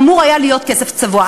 שאמור היה להיות כסף צבוע.